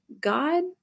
God